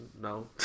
No